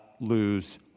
lose